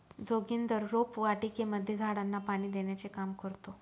जोगिंदर रोपवाटिकेमध्ये झाडांना पाणी देण्याचे काम करतो